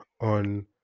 on